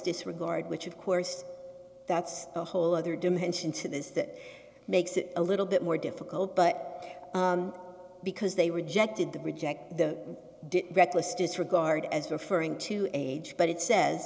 disregard which of course that's a whole other dimension to this that makes it a little bit more difficult but because they rejected the reject the reckless disregard as referring to age but it says